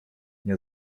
nie